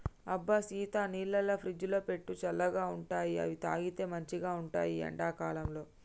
అబ్బ సీత నీళ్లను ఫ్రిజ్లో పెట్టు చల్లగా ఉంటాయిఅవి తాగితే మంచిగ ఉంటాయి ఈ ఎండా కాలంలో